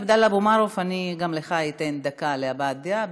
עבדאללה אבו מערוף, אני אתן גם לך דקה להבעת דעה.